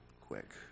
quick